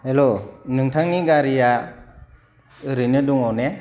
hello नोंथांनि गारिया ओरैनो दङ ना